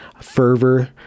fervor